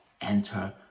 enter